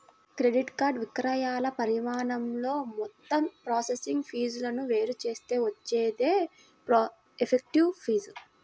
credit card విక్రయాల పరిమాణంతో మొత్తం ప్రాసెసింగ్ ఫీజులను వేరు చేస్తే వచ్చేదే ఎఫెక్టివ్ ఫీజు